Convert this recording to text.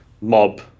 mob